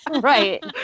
Right